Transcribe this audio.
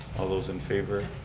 all those in favor?